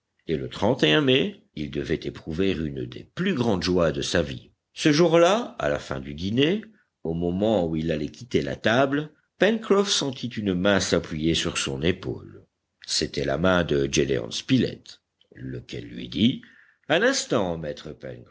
le mai il devait éprouver une des plus grandes joies de sa vie ce jour-là à la fin du dîner au moment où il allait quitter la table pencroff sentit une main s'appuyer sur son épaule c'était la main de gédéon spilett lequel lui dit un instant maître